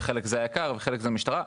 היק"ר או המשטרה,